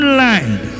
land